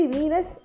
Venus